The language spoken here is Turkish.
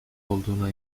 olduğuna